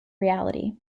reality